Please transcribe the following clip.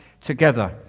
together